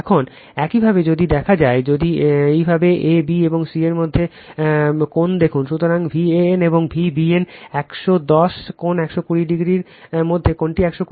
এখন একইভাবে যদি দেখা যায় যদি একইভাবে a b এবং c এর মধ্যে কোণ দেখুন সুতরাং ভ্যান এবং Vbn 110 কোণ 120o এর মধ্যে কোণটি 120o